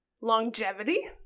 longevity